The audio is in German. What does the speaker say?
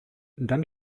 dann